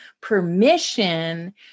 permission